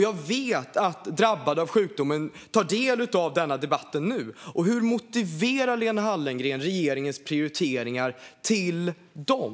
Jag vet att drabbade av sjukdomen tar del av denna debatt nu. Hur motiverar Lena Hallengren regeringens prioriteringar för dem?